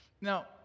Now